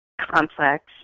complex